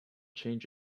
change